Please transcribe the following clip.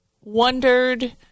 wondered